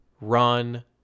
run